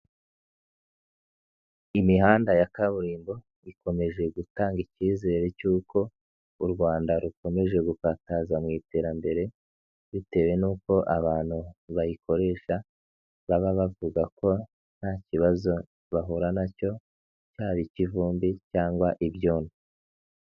Imihanda ya kaburimbo ikomeje gutanga ikizere cy'uko u Rwanda rukomeje gukataza mu iterambere, bitewe n'uko abantu bayikoresha baba bavuga ko nta kibazo bahura na cyo cyaba ik'ivumbi cyangwa ibyondo.